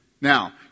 Now